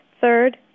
third